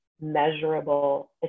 measurable